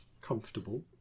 comfortable